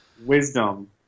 wisdom